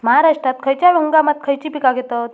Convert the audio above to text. महाराष्ट्रात खयच्या हंगामांत खयची पीका घेतत?